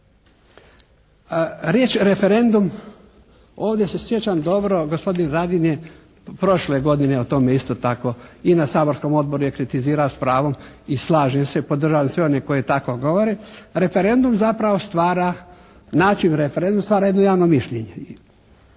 Riječ referendum ovdje se sjećam dobro gospodin Radin je prošle godine isto tako, i na saborskom odboru je kritizirao s pravom i slažem se, podržavam sve one koji tako govore. Referendum zapravo stvara, načelno referendum stvara jedno javno mišljenje.